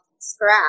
scrap